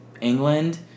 England